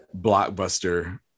blockbuster